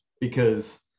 because-